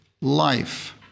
Life